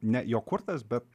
ne jo kurtas bet